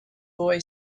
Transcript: boy